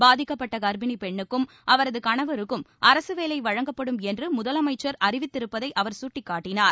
பாதிக்கப்பட்ட கள்ப்பிணி பெண்ணுக்கும் அவரது கணவருக்கும் அரசு வேலை வழங்கப்படும் என்று முதலமைச்சர் அறிவித்திருப்பதையும் அவர் சுட்டிக்காட்டினார்